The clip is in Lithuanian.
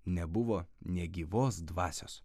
nebuvo nė gyvos dvasios